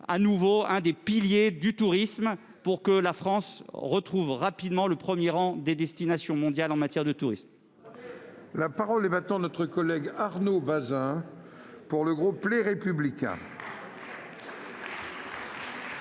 de nouveau, un pilier du tourisme, pour que la France retrouve rapidement le premier rang des destinations mondiales en la matière. La parole est à M. Arnaud Bazin, pour le groupe Les Républicains.